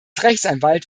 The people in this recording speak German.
rechtsanwalt